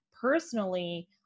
personally